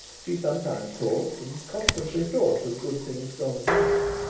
she sometimes talked and constantly thought of good things gone by,